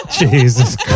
Jesus